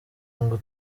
ngo